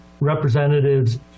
representatives